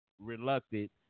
Reluctant